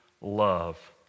love